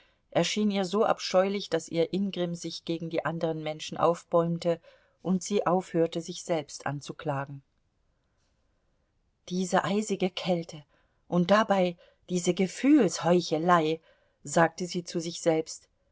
erschien ihr so abscheulich daß ihr ingrimm sich gegen die anderen menschen aufbäumte und sie aufhörte sich selbst anzuklagen diese eisige kälte und dabei diese gefühlsheuchelei sagte sie zu sich selbst